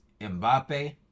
Mbappe